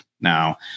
Now